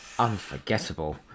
unforgettable